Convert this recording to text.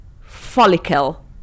follicle